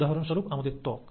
উদাহরণ স্বরূপ আমাদের ত্বক